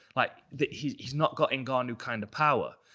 like, he's he's not got and ngannou kind of power.